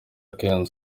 kenzo